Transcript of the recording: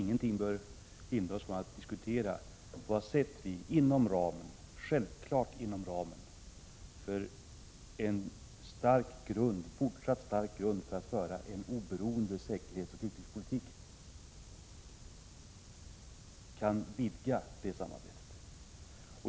Ingenting bör dock hindra oss från att diskutera på vad sätt vi inom ramen för en oberoende säkerhetsoch utrikespolitik kan vidga det samarbetet.